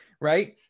Right